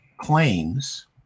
claims